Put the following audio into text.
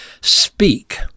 speak